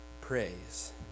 praise